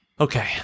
Okay